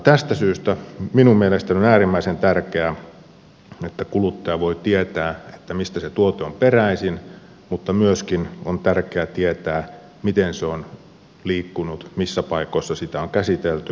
tästä syystä minun mielestäni on äärimmäisen tärkeää että kuluttaja voi tietää mistä se tuote on peräisin mutta myöskin on tärkeää tietää miten se on liikkunut missä paikoissa sitä on käsitelty